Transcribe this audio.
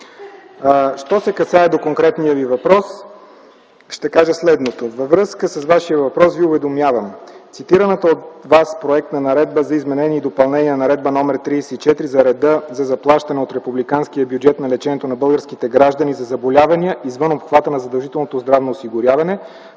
Що се касае до конкретния Ви въпрос ще кажа следното. Във връзка с Вашия въпрос Ви уведомявам, че цитираната от Вас проектна наредба за изменение и допълнение на Наредба № 34 за реда за заплащане от републиканския бюджет на лечението на българските граждани за заболявания извън обхвата на задължителното здравно осигуряване,